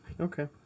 Okay